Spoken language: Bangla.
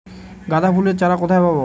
গাঁদা ফুলের চারা কোথায় পাবো?